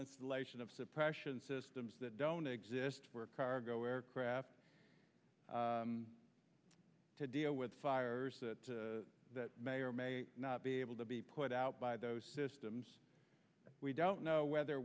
installation of suppression systems that don't exist for cargo aircraft to deal with fires that may or may not be able to be put out by those systems we don't know whether